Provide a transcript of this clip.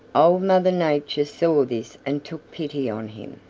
old mother nature saw this and took pity on him.